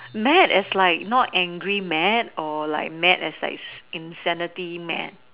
mad as like not angry mad or like mad as in like insanity mad